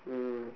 mm